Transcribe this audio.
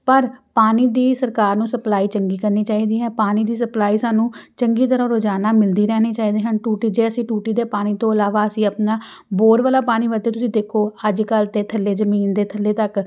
ਪਰ ਪਾਣੀ ਦੀ ਸਰਕਾਰ ਨੂੰ ਸਪਲਾਈ ਚੰਗੀ ਕਰਨੀ ਚਾਹੀਦੀ ਹੈ ਪਾਣੀ ਦੀ ਸਪਲਾਈ ਸਾਨੂੰ ਚੰਗੀ ਤਰ੍ਹਾਂ ਰੋਜ਼ਾਨਾ ਮਿਲਦੀ ਰਹਿਣੀ ਚਾਹੀਦੀ ਹਨ ਟੂਟੀ ਜੇ ਅਸੀਂ ਟੂਟੀ ਦੇ ਪਾਣੀ ਤੋਂ ਇਲਾਵਾ ਅਸੀਂ ਆਪਣਾ ਬੋਰ ਵਾਲਾ ਪਾਣੀ ਵਰਤੀਏ ਤੁਸੀਂ ਦੇਖੋ ਅੱਜ ਕੱਲ੍ਹ ਤਾਂ ਥੱਲੇ ਜ਼ਮੀਨ ਦੇ ਥੱਲੇ ਤੱਕ